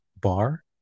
bar